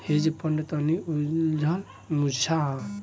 hedge fund तनि उलझल मुद्दा बा